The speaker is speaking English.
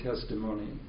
testimony